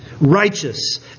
righteous